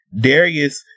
Darius